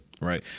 right